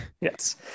Yes